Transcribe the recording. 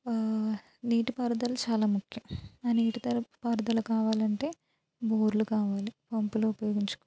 నీటిపారుదల చాలా ముఖ్యం ఆ నీటిదల పారుదల కావాలంటే బోర్లు కావాలి పంపులు ఉపయోగించుకోవాలి